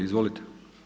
Izvolite.